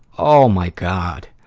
oh my god!